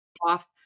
off